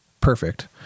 perfect